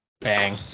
Bang